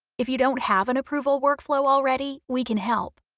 if you don't have an approval workflow already, we can help.